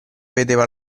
vedeva